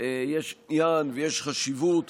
יש עניין ויש חשיבות